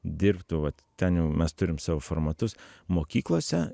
dirbtų vat ten jau mes turim savo formatus mokyklose